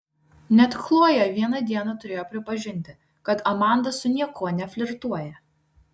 net chlojė vieną dieną turėjo pripažinti kad amanda su niekuo neflirtuoja